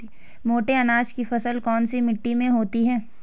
मोटे अनाज की फसल कौन सी मिट्टी में होती है?